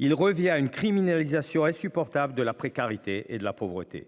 Il revient à une criminalisation insupportable de la précarité et de la pauvreté.